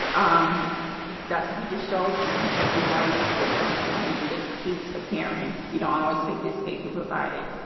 um that's what he just showed me. he showed you why you keep struggling this one issue that keeps appearing you don't always take the escape you provide